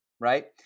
right